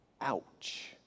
Ouch